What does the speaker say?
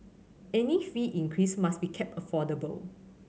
any fee increase must be kept affordable